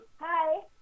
hi